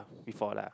before lah